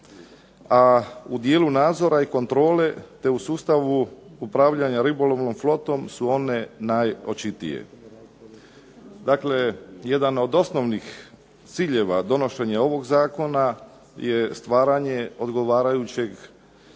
a u dijelu nadzora i kontrole te u sustavu upravljanja ribolovnom flotom su one najočitije. Dakle, jedan od osnovnih ciljeva donošenja ovog zakona je stvaranje odgovarajućeg